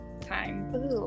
time